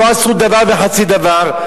לא עשו דבר וחצי דבר,